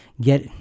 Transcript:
get